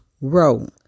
Row